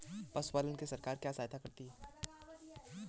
पशु पालन के लिए सरकार क्या सहायता करती है?